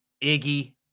Iggy